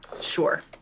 Sure